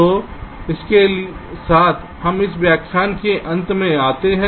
तो इसके साथ हम इस व्याख्यान के अंत में आते हैं